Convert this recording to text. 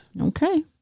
Okay